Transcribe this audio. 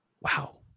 Wow